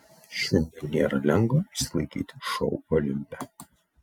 šiandien nėra lengva išsilaikyti šou olimpe